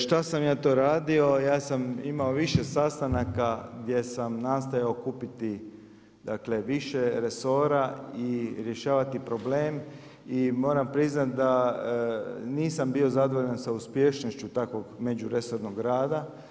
Šta sam ja to radio, ja sam imao više sastanaka gdje sam nastojao okupiti više resora i rješavati problem i moram priznati da nisam bio zadovoljan sa uspješnošću takvog međuresornog rada.